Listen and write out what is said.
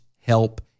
help